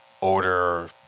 order